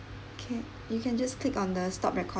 okay you can just click on the stop record